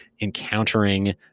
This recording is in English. encountering